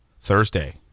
Thursday